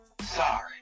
Sorry